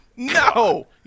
No